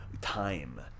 Time